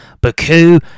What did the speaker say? Baku